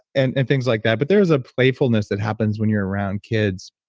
and and things like that. but there is a playfulness that happens when you're around kids.